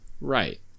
Right